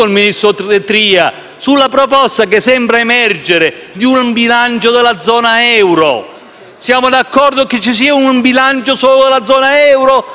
ministro Tria - sulla proposta, che sembra emergere, di un bilancio della zona euro. Siamo d'accordo che ci sia un bilancio solo della zona euro?